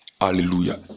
Hallelujah